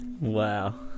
Wow